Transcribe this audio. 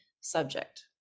subject